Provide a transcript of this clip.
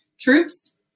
troops